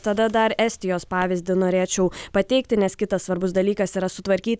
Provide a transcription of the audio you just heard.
tada dar estijos pavyzdį norėčiau pateikti nes kitas svarbus dalykas yra sutvarkyti